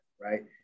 right